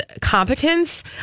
competence